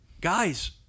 Guys